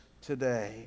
today